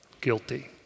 Guilty